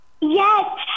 yes